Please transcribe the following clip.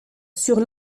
sur